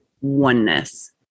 oneness